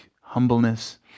humbleness